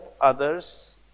others